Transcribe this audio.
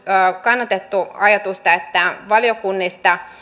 kannatettu ajatusta että valiokunnista